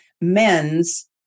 Men's